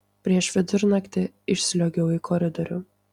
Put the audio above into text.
prieš vidurnaktį išsliuogiau į koridorių